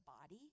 body